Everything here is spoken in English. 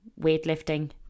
weightlifting